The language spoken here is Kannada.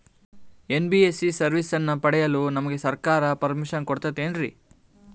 ಎನ್.ಬಿ.ಎಸ್.ಸಿ ಗಳ ಸರ್ವಿಸನ್ನ ಪಡಿಯಲು ನಮಗೆ ಸರ್ಕಾರ ಪರ್ಮಿಷನ್ ಕೊಡ್ತಾತೇನ್ರೀ?